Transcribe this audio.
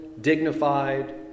dignified